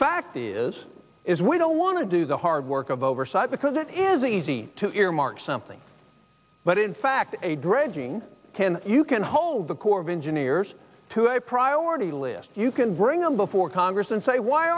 fact is is we don't want to do the hard work of oversight because it is easy to earmark something but in fact a dredging can you can hold the corps of engineers to a priority list you can bring them before congress and say why